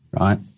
right